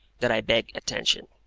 that i beg attention.